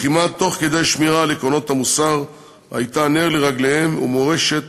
לחימה תוך כדי שמירה על עקרונות המוסר הייתה נר לרגליהם ומורשת